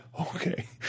okay